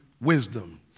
wisdom